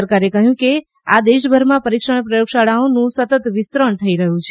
સરકારે કહ્યું કે આ દેશભરમાં પરીક્ષણ પ્રયોગશાળાઓનું સતત વિસ્તરણ થઈ રહ્યું છે